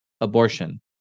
abortion